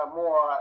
more